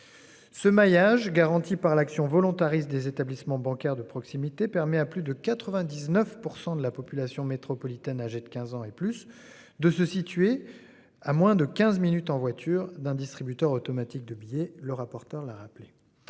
Ce maillage garanti par l'action volontariste des établissements bancaires de proximité permet à plus de 99% de la population métropolitaine âgés de 15 ans et plus de se situer à moins de 15 minutes en voiture d'un distributeur automatique de billets. Le rapporteur, l'a rappelé